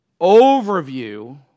overview